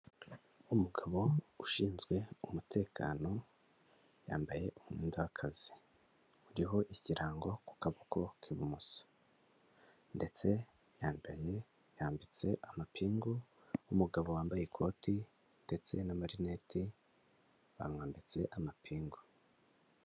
Umugabo ushinzwe umutekano yambaye umwenda w'akazi uriho ikirango ku kaboko k'ibumoso ndetse yambatse ambitse amapingu umugabo wambaye ikoti ndetse n'amarinete, bamwambitse amapingu.